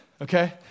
Okay